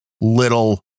little